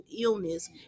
illness